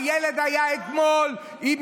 אתמול הילד היה עם חיסון,